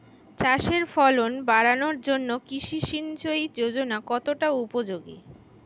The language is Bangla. চাষের ফলন বাড়ানোর জন্য কৃষি সিঞ্চয়ী যোজনা কতটা উপযোগী?